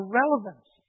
relevance